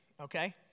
okay